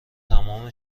تمام